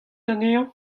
anezhañ